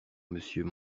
monsieur